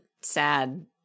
sad